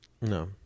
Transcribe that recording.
No